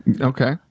Okay